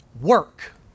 work